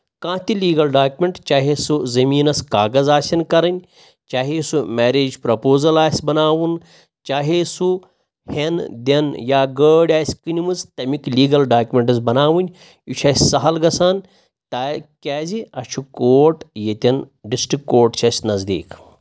کانٛہہ تہِ legal document چاہے سُہ زٔمیٖنَس کاغذ آسن کَرٕنۍ چاہے سُہ میریج پرٛپوزل آسہِ بَناوُن چاہے سُہ ہیٚنہٕ دِنہٕ یا گٲڑۍ آسہِ کٕنۍمٕژ تَمِکۍ لیٖگَل ڈاکمینٹٕس بَناوٕنۍ یہِ چھُ اَسہِ سَہل گژھان تا کیٛازِ اَسہِ چھُ کورٹ ییٚتٮ۪ن ڈِسٹرٛک کورٹ چھُ اَسہِ نزدیٖک